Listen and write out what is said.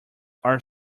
are